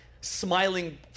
smiling